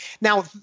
Now